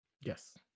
Yes